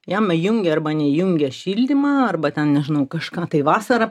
jam įjungia arba neįjungia šildymą arba ten nežinau kažką tai vasarą